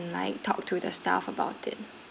like talk to the staff about it